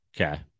Okay